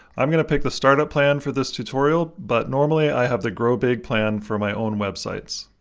i'm going to pick the startup plan for this tutorial, but normally i have the growbig plan for my own websites.